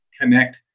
connect